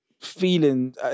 feeling